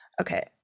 Okay